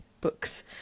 books